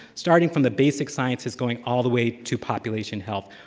starting from the basic sciences going all the way to population health.